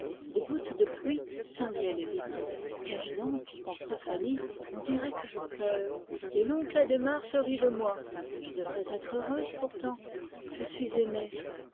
des gouttes de pluie cinglaient les vitres qu'ai-je donc pensa fanny on dirait que je pleure et l'oncle adhémar se rit de moi je devrais être heureuse pourtant je suis aimée